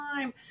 time